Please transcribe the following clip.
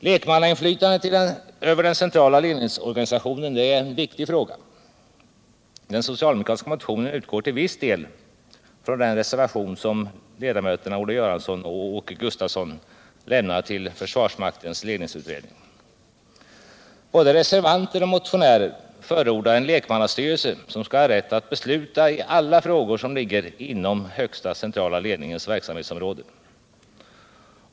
Lekmannainflytandet över den centrala ledningsorganisationen är en viktig fråga. Den socialdemokratiska motionen utgår till viss del från den reservation som ledamöterna Olle Göransson och Åke Gustavsson lämnade till försvarsmaktens ledningsutredning. Både reservanter och motionärer förordar en lekmannastyrelse, som skall ha rätt att besluta i alla frågor som ligger inom den högsta centrala ledningens verksamhetsområden.